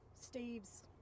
steve's